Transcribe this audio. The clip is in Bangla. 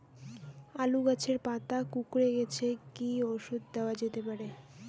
আলু গাছের পাতা কুকরে গেছে কি ঔষধ দেওয়া যেতে পারে?